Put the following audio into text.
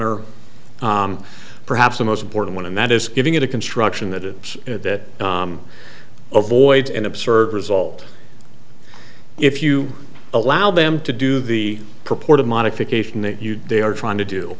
r perhaps the most important one and that is giving it a construction that it that ovoid an absurd result if you allow them to do the purported modification that you they are trying to do